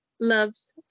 loves